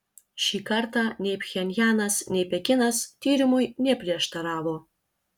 šį kartą nei pchenjanas nei pekinas tyrimui neprieštaravo